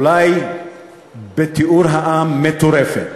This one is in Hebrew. אולי בתיאור העם: מטורפת.